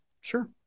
Sure